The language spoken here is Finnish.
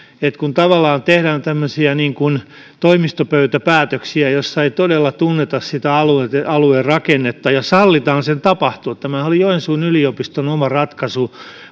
että tavallaan tehdään tämmöisiä ikään kuin toimistopöytäpäätöksiä joissa ei todella tunneta sitä alueen rakennetta ja sallitaan sen tapahtua tämähän oli joensuun yliopiston oma ratkaisu